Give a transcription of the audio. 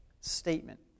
statement